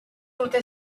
urte